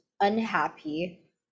unhappy